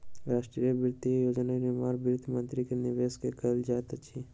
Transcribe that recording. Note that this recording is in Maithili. राष्ट्रक वित्तीय योजना निर्माण वित्त मंत्री के निर्देशन में कयल जाइत अछि